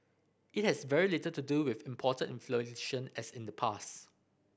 it has very little to do with imported inflation as in the past